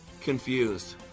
confused